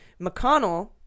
McConnell